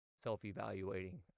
self-evaluating